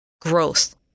growth